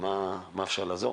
במה אפשר לעזור?